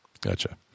Gotcha